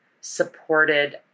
supported